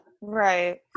Right